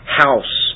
house